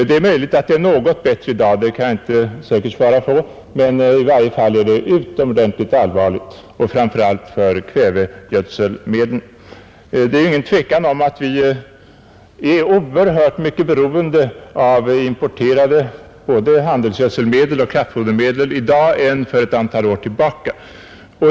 Det är möjligt att läget är något bättre i dag — det kan jag inte med säkerhet säga — men situationen är i varje fall utomordentligt allvarlig, inte minst när det gäller kvävegödselmedlen som mest påverkar skörderesultatet. Det råder inget tvivel om att vi i dag är oerhört mycket mer beroende av importerade handelsgödselmedel och kraftfodermedel än för ett antal år sedan.